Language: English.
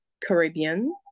Caribbean